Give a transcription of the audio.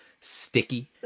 sticky